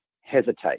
hesitate